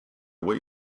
way